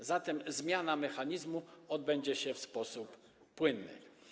A zatem zmiana mechanizmu odbędzie się w sposób płynny.